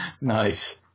Nice